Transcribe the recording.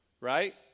right